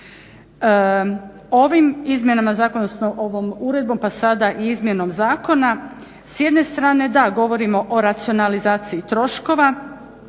Ovim izmjenama zakona, odnosno ovom uredbom pa sada i izmjenom zakona s jedne strane da, govorimo o racionalizaciji troškova